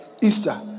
Easter